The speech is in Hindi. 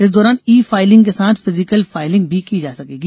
इस दौरान ई फाइलिंग के साथ फिजिकल फाइलिंग भी की जा सकेगी